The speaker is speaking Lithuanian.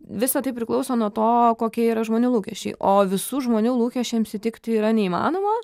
visa tai priklauso nuo to kokie yra žmonių lūkesčiai o visų žmonių lūkesčiams įtikti yra neįmanoma